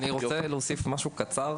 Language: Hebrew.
אני רוצה להוסיף משהו קצר.